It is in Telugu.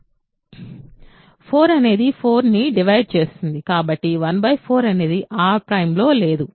4 అనేది 4 ని డివైడ్ చేస్తుంది కాబట్టి 1 4 అనేది R ′లో లేదు